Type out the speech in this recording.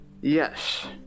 Yes